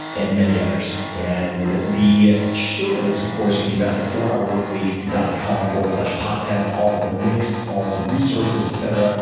and many others. and the show notes, of course, can be found at fourhourworkweek dot com slash podcast all the links, all the resources, etc.